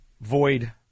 void